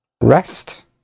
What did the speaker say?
rest